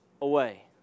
away